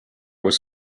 was